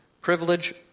privilege